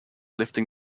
lifting